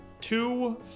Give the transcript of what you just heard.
two